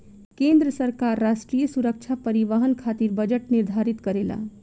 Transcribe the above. केंद्र सरकार राष्ट्रीय सुरक्षा परिवहन खातिर बजट निर्धारित करेला